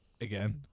again